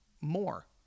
more